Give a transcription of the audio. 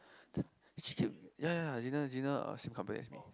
she came ya ya Gina Gina uh same company as me